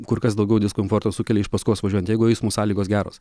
kur kas daugiau diskomforto sukelia iš paskos važiuojant jeigu eismo sąlygos geros